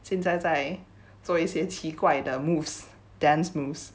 现在在做一些奇怪的 moves dance moves